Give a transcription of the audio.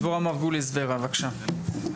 דבורה מרגוליס, ור"ה, בבקשה.